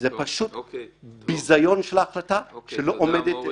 זה פשוט ביזיון של החלטה שלא עומדת...